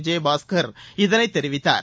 விஜயபாஸ்கர் இதனைத் தெரிவித்தார்